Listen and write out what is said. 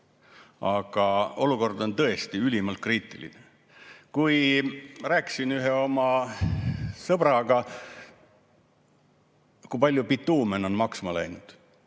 Aga olukord on tõesti ülimalt kriitiline. Rääkisin ühe oma sõbraga, kui palju bituumen on maksma läinud.